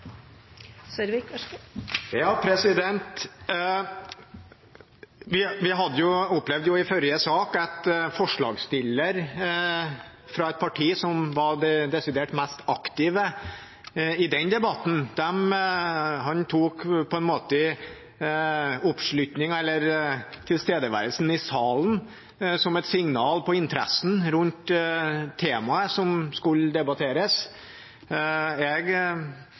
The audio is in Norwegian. Vi opplevde i forrige sak at en forslagsstiller fra et parti som var det desidert mest aktive i den debatten, tok tilstedeværelsen i salen som et signal på interessen rundt temaet som skulle debatteres. Jeg